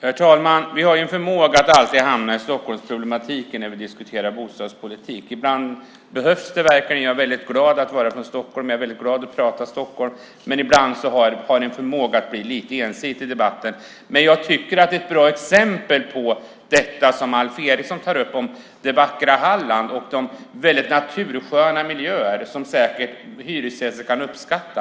Fru talman! Vi har en förmåga att alltid hamna i Stockholmsproblematiken när vi diskuterar bostadspolitik. Ibland behövs det verkligen. Jag är väldigt glad över att vara från Stockholm och jag är väldigt glad över att prata om Stockholm, men ibland har debatten en förmåga att bli lite ensidig. Men jag tycker att det är ett bra exempel på detta som Alf Eriksson tar upp om det vackra Halland och de väldigt natursköna miljöer som säkert hyresgäster kan uppskatta.